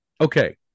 Okay